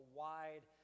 wide